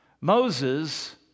Moses